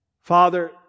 Father